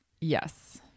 Yes